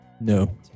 no